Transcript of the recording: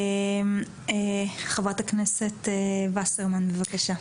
חברת הכנסת וסרמן, בבקשה.